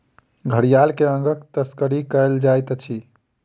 घड़ियाल के अंगक तस्करी कयल जाइत अछि